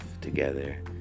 together